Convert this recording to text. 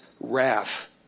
wrath